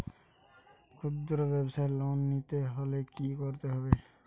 খুদ্রব্যাবসায় লোন নিতে হলে কি করতে হবে?